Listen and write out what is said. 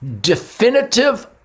definitive